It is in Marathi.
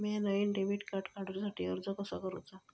म्या नईन डेबिट कार्ड काडुच्या साठी अर्ज कसा करूचा?